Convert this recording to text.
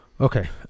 okay